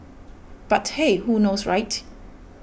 but hey who knows right